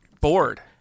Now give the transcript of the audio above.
bored